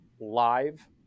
live